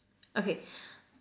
okay